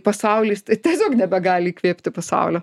pasaulis tiesiog nebegali įkvėpti pasaulio